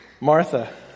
Martha